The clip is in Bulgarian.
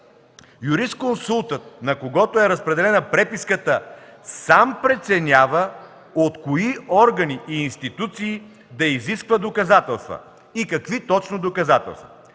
Юрисконсултът, на когото е разпределена преписката, сам преценява от кои органи и институции да изисква доказателства и какви точно доказателства.